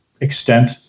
extent